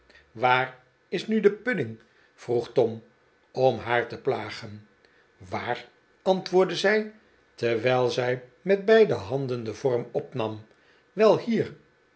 waar is nu de pudding vroeg tom om haar te plagen waar antwoordde zij terwijl zij met beide handen den vorm opnam wel hier